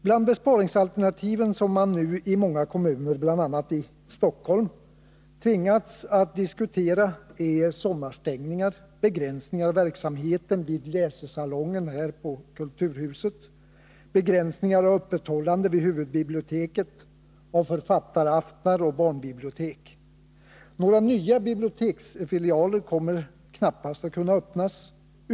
Bland besparingsalternativen som man nu i många kommuner, bl.a. i Stockholm, tvingas diskutera är sommarstängningar, begränsning av verksamheten vid läsesalongen i Kulturhuset, begränsningar av öppethållande vid huvudbiblioteket, av författaraftnar och barnbibliotek. Några nya biblioteksfilialer kommer knappast att kunna öppnas.